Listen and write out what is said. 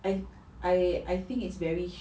I I I think it's very